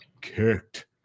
kicked